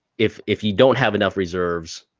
if if you don't have enough reserves,